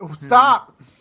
Stop